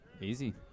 Easy